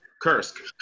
Kursk